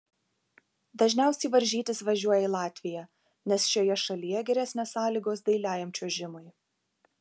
dažniausiai varžytis važiuoja į latviją nes šioje šalyje geresnės sąlygos dailiajam čiuožimui